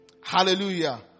Hallelujah